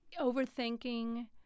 overthinking